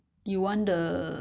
so I going to steam it